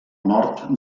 nord